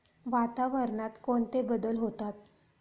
वातावरणात कोणते बदल होतात?